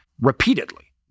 repeatedly